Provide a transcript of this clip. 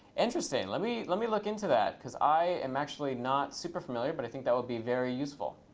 interesting. let me let me look into that, because i am actually not super familiar, but i think that would be very useful.